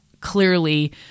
clearly